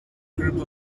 group